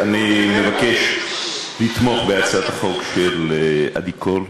אני מבקש לתמוך בהצעת החוק של עדי קול.